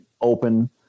open